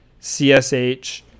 CSH